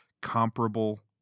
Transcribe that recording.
comparable